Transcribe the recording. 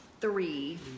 three